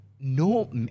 no